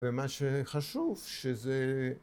ומה שחשוב שזה